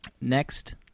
Next